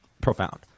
profound